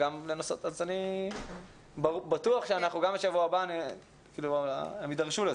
אז אני בטוח שגם בשבוע הבא הם יידרשו לזה.